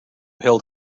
held